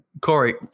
Corey